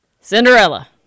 Cinderella